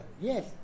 yes